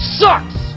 sucks